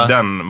Den